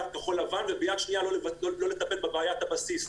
כחול-לבן וביד שנייה לא לטפל בבעיית הבסיס.